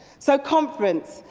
so, conference,